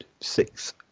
six